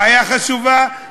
בעיה חשובה,